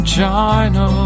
China